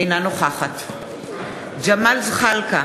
אינה נוכחת ג'מאל זחאלקה,